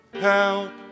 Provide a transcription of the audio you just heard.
Help